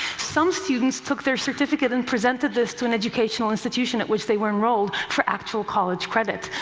some students took their certificate and presented this to an educational institution at which they were enrolled for actual college credit.